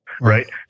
right